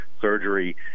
surgery